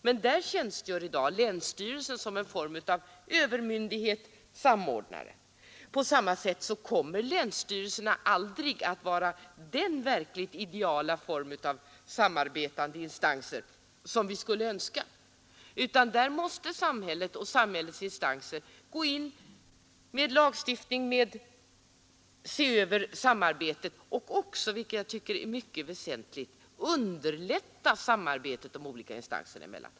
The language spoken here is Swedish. Men där tjänstgör i dag länsstyrelsen som en form av övermyndighet—samordnare. På samma sätt kommer länsstyrelserna aldrig att vara den verkligt ideala form av samarbetande instanser som vi skulle önska, utan där måste samhället och samhällets instanser gå in med lagstiftning och genom att se över samarbetet och även — vilket jag tycker är mycket väsentligt — underlätta samarbetet de olika instanserna emellan.